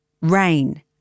rain